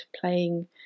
playing